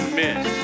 miss